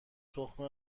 تخم